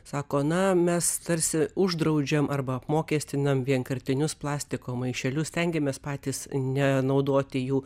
sako na mes tarsi uždraudžiam arba apmokestinam vienkartinius plastiko maišelius stengiamės patys nenaudoti jų